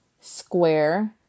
square